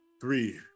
three